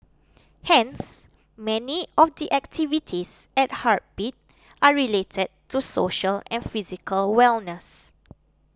hence many of the activities at Heartbeat are related to social and physical wellness